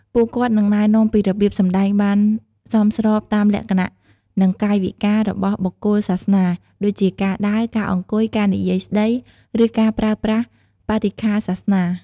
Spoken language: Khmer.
ពួកគាត់នឹងណែនាំពីរបៀប សម្ដែងបានសមស្របតាមលក្ខណៈ និងកាយវិការ របស់បុគ្គលសាសនា ដូចជាការដើរ ការអង្គុយ ការនិយាយស្តី ឬការប្រើប្រាស់បរិក្ខារសាសនា។